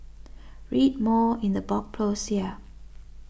read more in the blog post here